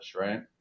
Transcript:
right